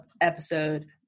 episode